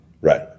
Right